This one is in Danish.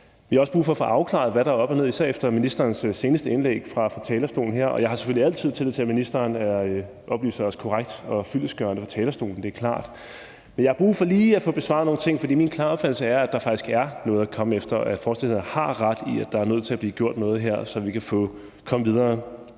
Vi har som sagt brug for at få afklaret, hvad der er op og ned i det, især efter ministerens seneste indlæg fra talerstolen her. Jeg har selvfølgelig altid tillid til, at ministeren oplyser os korrekt og fyldestgørende fra talerstolen – det er klart – men jeg har brug for lige at få besvaret nogle ting, for min klare opfattelse er, at der faktisk er noget at komme efter, og at forslagsstillerne har ret i, at der er nødt til at blive gjort noget her, så vi kan komme videre.